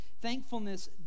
Thankfulness